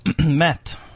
Matt